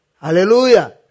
Hallelujah